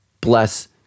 bless